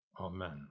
Amen